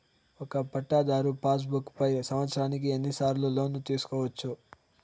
ఒక పట్టాధారు passbook పై సంవత్సరానికి ఎన్ని సార్లు లోను తీసుకోవచ్చు?